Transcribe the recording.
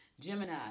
Gemini